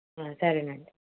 సరే అండి